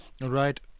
Right